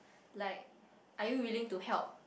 like are you willing to help